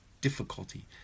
difficulty